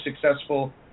successful